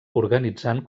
organitzant